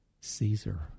Caesar